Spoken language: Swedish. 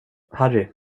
harry